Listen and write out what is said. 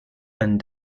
and